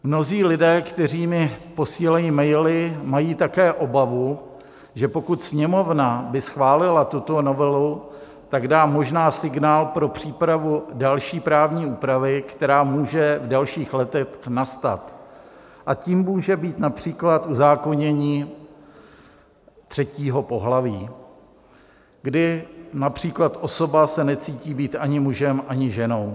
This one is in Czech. Mnozí lidé, kteří mi posílají maily, mají také obavu, že pokud Sněmovna by schválila tuto novelu, tak dá možná signál pro přípravu další právní úpravy, která může v dalších letech nastat, a tím může být například uzákonění třetího pohlaví, kdy například osoba se necítí být ani mužem, ani ženou.